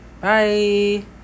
Bye